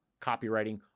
copywriting